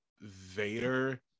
Vader